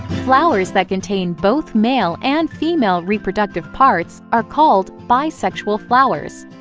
flowers that contain both male and female reproductive parts are called bisexual flowers.